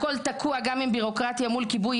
הכול תקוע גם עם ביורוקרטיה מול כיבוי